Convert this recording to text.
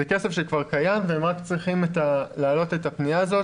זה כסף שכבר קיים והם רק צריכים להעלות את הפנייה הזאת.